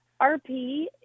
RP